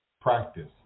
practice